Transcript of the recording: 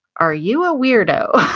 are you a weirdo?